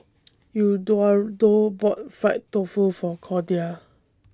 Eduardo bought Fried Tofu For Cordia